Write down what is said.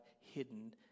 hidden